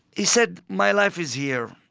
he said, my life is here,